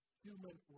human